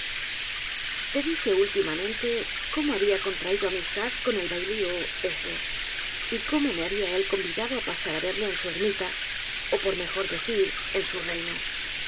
te dije últimamente como habia contraído amistad con el bailíos y como me habia él convidado á pasará verle en su ermita ó por mejor decir en su reino